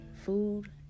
food